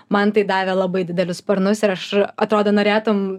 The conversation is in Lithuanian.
man tai davė labai didelius sparnus ir aš atrodo norėtum